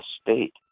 state